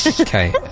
Okay